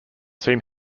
seen